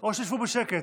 או שתשבו בשקט.